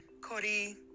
Cody